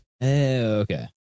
Okay